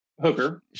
hooker